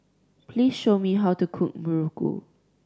please show me how to cook muruku